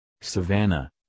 savannah